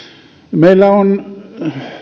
meillä on